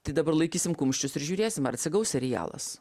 tai dabar laikysim kumščius ir žiūrėsim ar atsigaus serialas